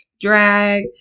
drag